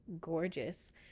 gorgeous